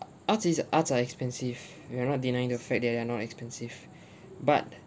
artists' arts are expensive we're not denying the fact that they are not expensive but